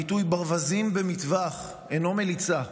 הביטוי "ברווזים במטווח" אינו מליצה,